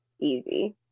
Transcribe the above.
easy